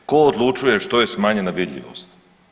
Tko odlučuje što je smanjena vidljivost?